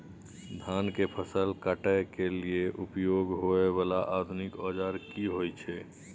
धान के फसल काटय के लिए उपयोग होय वाला आधुनिक औजार की होय छै?